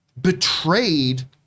betrayed